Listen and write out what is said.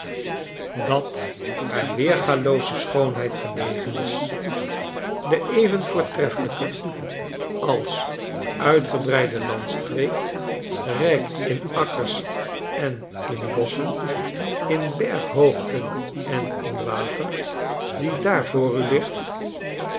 dat haar weergalooze schoonheid gelegen is de even voortreffelijke canada tegenover de vereenigde staten als uitgebreide landstreek rijk in akkers en in bosschen in berghoogten en in water die daar voor u ligt